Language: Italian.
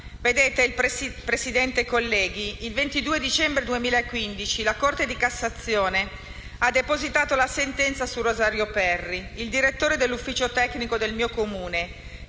Vedete, Presidente e colleghi, il 22 dicembre 2015 la Corte di cassazione ha depositato la sentenza su Rosario Perri, il direttore dell'ufficio tecnico del mio Comune,